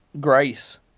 grace